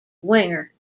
winger